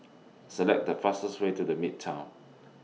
Select The fastest Way to The Midtown